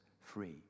free